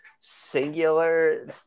singular